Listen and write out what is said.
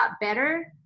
better